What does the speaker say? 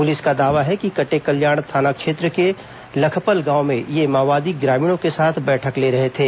police का दावा है कि कटेकल्याण थाना क्षेत्र के लखपल गांव में ये माओवादी ग्रामीणों के साथ बैठक ले रहे थे